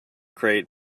crate